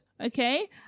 okay